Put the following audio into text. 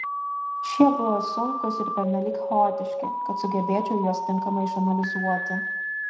šie buvo sunkūs ir pernelyg chaotiški kad sugebėčiau juos tinkamai išanalizuoti